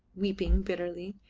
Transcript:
weeping bitterly.